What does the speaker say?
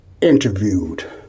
interviewed